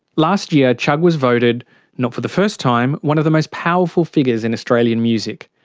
last year chugg was voted not for the first time one of the most powerful figures in australian music.